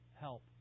help